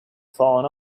fallen